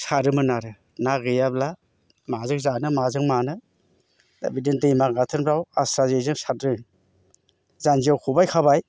सारोमोन आरो ना गैयाब्ला माजों जानो माजों मानो दा बिदिनो दैमा गाथोनफ्राव आस्रा जेजों सारदों जान्जियाव खबाय खाबाय